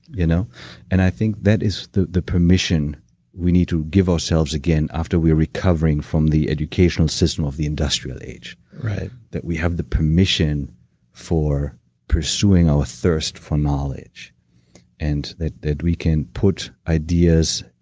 you know and i think that is the the permission we need to give ourselves again after we're recovering from the educational system of the industrial age right that we have the permission for pursuing our thirst for knowledge and that that we can put ideas,